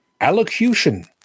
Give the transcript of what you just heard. allocution